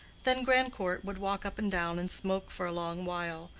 then grandcourt would walk up and down and smoke for a long while,